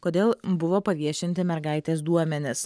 kodėl buvo paviešinti mergaitės duomenys